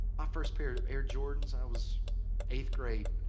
my first pair of air jordans. i was eighth grade.